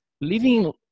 living